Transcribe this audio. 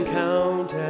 count